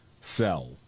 sell